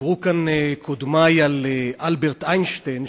דיברו כאן קודמי על אלברט איינשטיין,